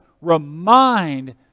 remind